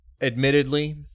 Admittedly